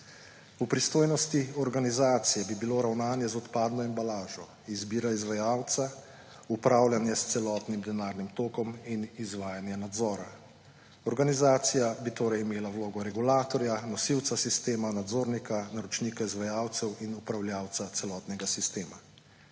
V pristojnosti organizacije bi bilo ravnanje z odpadno embalažo, izbira izvajalca, upravljanje s celotnim denarnim tokom in izvajanje nadzora. Organizacija bi torej imela vlogo regulatorja, nosilca sistema, nadzornika, naročnika izvajalcev in upravljavca celotnega sistema.